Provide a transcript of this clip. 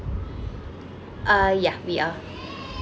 uh yeah we are